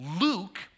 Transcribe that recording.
Luke